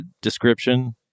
description